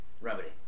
remedy